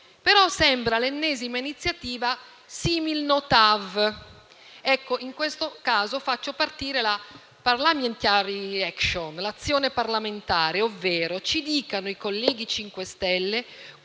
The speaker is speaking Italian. Sembra però l'ennesima iniziativa simil No TAV. In questo caso, faccio partire la *parliamentary action*, l'azione parlamentare, ovvero ci dicano i colleghi del